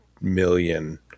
million